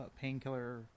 Painkiller